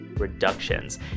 Reductions